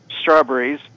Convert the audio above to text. strawberries